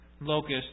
locust